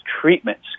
treatments